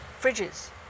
fridges